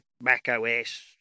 macOS